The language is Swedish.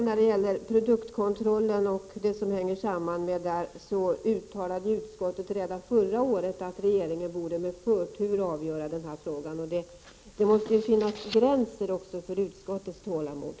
När det gäller produktkontrollen och det som hänger samman med den, uttalade utskottet redan förra året att regeringen borde avgöra den frågan med förtur. Det måste finnas gränser också för utskottets tålamod.